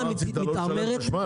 אתה רוצה לא לשלם חשמל?